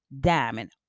Diamond